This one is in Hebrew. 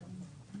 פרספקטיבה.